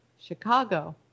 Chicago